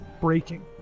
breaking